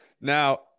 Now